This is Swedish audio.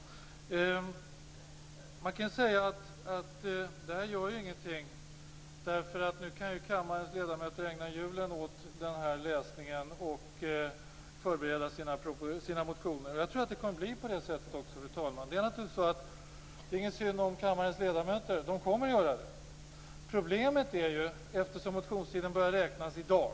Man kan säga att det inte gör någonting därför att nu kan kammarens ledamöter ägna julen åt att läsa förslaget och åt att förbereda sina motioner. Jag tror faktiskt att det blir på det sättet. Det är emellertid inte synd om kammarens ledamöter. De kommer att göra så som jag här har nämnt. Men motionstiden räknas fr.o.m. i dag.